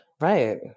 right